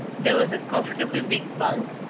there was a comfortably big bunk,